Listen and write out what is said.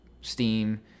steam